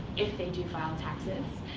if they do file taxes.